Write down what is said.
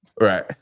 Right